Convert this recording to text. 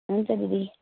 हुन्छ दिदी